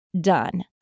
done